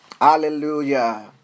Hallelujah